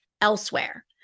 elsewhere